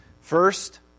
First